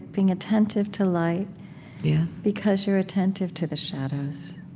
being attentive to light yeah because you're attentive to the shadows